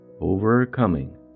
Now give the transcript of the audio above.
Overcoming